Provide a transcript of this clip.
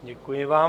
Děkuji vám.